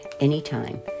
anytime